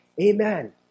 amen